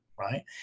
right